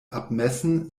abmessen